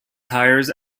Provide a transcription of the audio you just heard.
tires